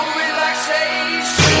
relaxation